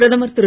பிரதமர் திரு